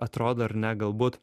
atrodo ar ne galbūt